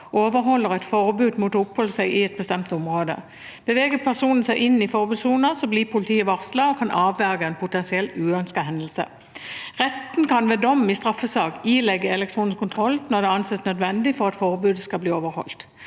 overholder et forbud mot å oppholde seg i et bestemt område. Beveger personen seg inn i forbudssonen, blir politiet varslet og kan avverge en potensiell uønsket hendelse. Retten kan ved dom i straffesak ilegge elektronisk kontroll når det anses nødvendig for at forbudet skal bli overholdt.